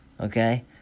okay